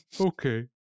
Okay